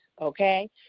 Okay